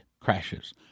crashes